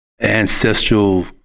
ancestral